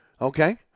okay